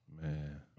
Man